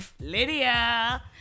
Lydia